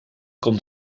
komt